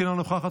אינה נוכחת,